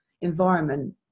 environment